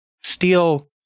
steel